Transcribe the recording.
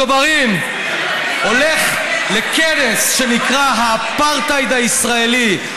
ג'בארין, הולך לכנס שנקרא "האפרטהייד הישראלי".